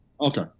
okay